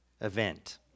event